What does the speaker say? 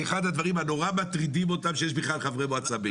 זה אחד הדברים הנורא מטרידים אותם שיש בכלל חברי מועצה בעיר.